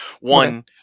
One